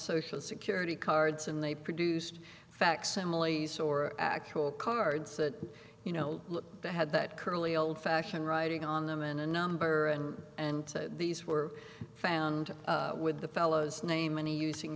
social security cards and they produced facsimiles or actual cards that you know look bad that curly old fashioned writing on them and a number and to these were found with the fellow's name and he using